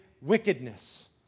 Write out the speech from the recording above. wickedness